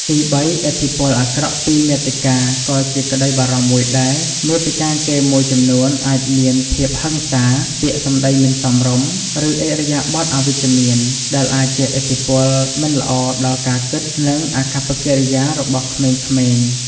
ទីបី ឥទ្ធិពលអាក្រក់ពីមាតិកា ក៏ជាក្តីបារម្ភមួយដែរ មាតិកាហ្គេមមួយចំនួនអាចមានភាពហិង្សា ពាក្យសម្ដីមិនសមរម្យ ឬឥរិយាបថអវិជ្ជមាន ដែលអាចជះឥទ្ធិពលមិនល្អដល់ការគិត និងអាកប្បកិរិយារបស់ក្មេងៗ។